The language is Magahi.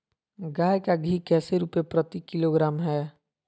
गाय का घी कैसे रुपए प्रति किलोग्राम है?